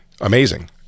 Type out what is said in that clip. Amazing